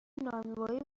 نانوایی